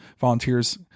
volunteers